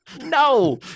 no